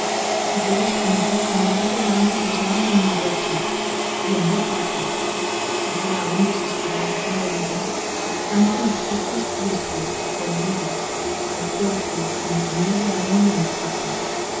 y todos juntos su mortal quebranto trasladen en mi pecho y en voz baja si ya a un desesperado son debidascanten obsequias tristes doloridas al cuerpo a quien se niegue aun la mortaja